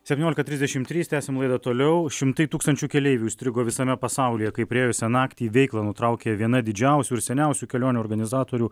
septyniolika trisdešim trys tęsiam laidą toliau šimtai tūkstančių keleivių įstrigo visame pasaulyje kai praėjusią naktį veiklą nutraukė viena didžiausių ir seniausių kelionių organizatorių